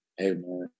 Amen